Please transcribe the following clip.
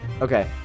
Okay